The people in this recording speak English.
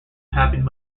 happened